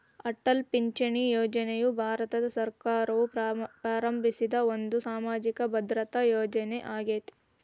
ಅಟಲ್ ಪಿಂಚಣಿ ಯೋಜನೆಯು ಭಾರತ ಸರ್ಕಾರವು ಪ್ರಾರಂಭಿಸಿದ ಒಂದು ಸಾಮಾಜಿಕ ಭದ್ರತಾ ಯೋಜನೆ ಆಗೇತಿ